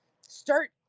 Start